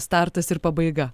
startas ir pabaiga